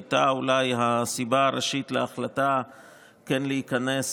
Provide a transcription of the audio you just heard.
היה אולי הסיבה הראשית להחלטה כן להיכנס